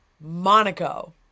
Monaco